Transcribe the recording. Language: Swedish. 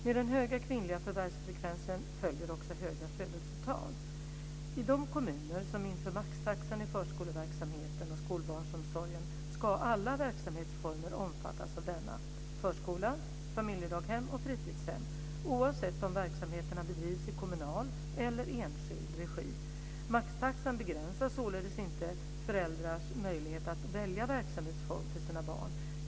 Med den höga kvinnliga förvärvsfrekvensen följer också höga födelsetal. I de kommuner som inför maxtaxan i förskoleverksamheten och skolbarnsomsorgen ska alla verksamhetsformer omfattas av denna - förskola, familjedaghem och fritidshem - oavsett om verksamheterna bedrivs i kommunal eller enskild regi. Maxtaxan begränsar således inte föräldrars möjlighet att välja verksamhetsform för sina barn.